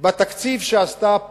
בתקציב שעשתה,